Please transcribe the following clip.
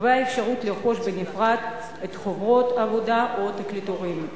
והאפשרות לרכוש בנפרד את חוברות העבודה או התקליטורים.